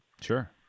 Sure